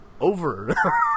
Over